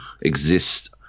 exist